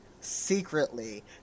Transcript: secretly